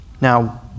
Now